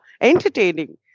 entertaining